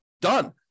Done